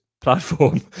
platform